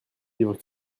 livres